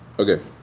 Okay